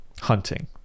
hunting